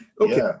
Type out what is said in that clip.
Okay